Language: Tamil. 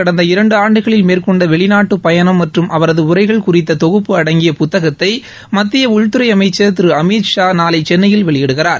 கடந்த இரண்டு ஆண்டுகளில் மேற்கொண்ட வெளிநாட்டு பயணம் மற்றும் அவரது உரை குறித்த தொகுப்பு அடங்கிய புத்தகத்தை மத்திய உள்துறை அமைச்சர் திரு அமித்ஷா நாளை சென்னையில் வெளியிடுகிறார்